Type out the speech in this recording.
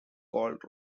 called